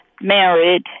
married